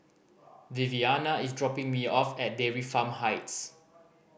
the Viviana is dropping me off at Dairy Farm Heights